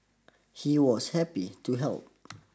he was happy to help